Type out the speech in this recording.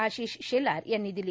आशिष शेलार यांनी दिली